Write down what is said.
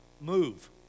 move